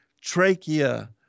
Trachea